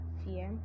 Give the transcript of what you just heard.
fear